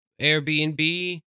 Airbnb